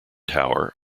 tower